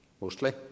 mostly